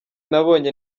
nabonye